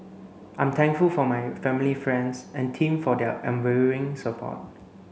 I'm thankful for my family friends and team for their unwavering support